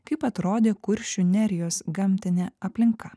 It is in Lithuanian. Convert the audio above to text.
kaip atrodė kuršių nerijos gamtinė aplinka